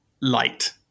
light